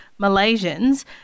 Malaysians